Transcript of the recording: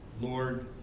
Lord